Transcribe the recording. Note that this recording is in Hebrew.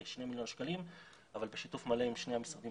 כ-2 מיליון שקלים אבל בשיתוף מלא עם שני המשרדים